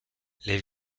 les